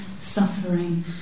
suffering